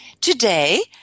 today